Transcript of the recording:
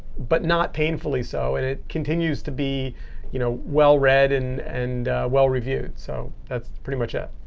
but not painfully so. and it continues to be you know well read and and well reviewed. so that's pretty much it.